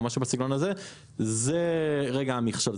זה רגע המכשול.